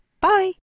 bye